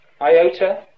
iota